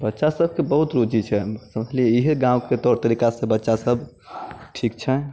बच्चा सबके बहुत रुचि छै समझलियै इहे गाँवके तौर तरीकासँ बच्चा सब ठीक छै